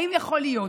האם יכול להיות